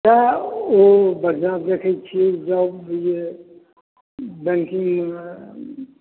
तऽ ओ बढ़िऑं देखै छी जॉब बुझू जे बैंकिंगमे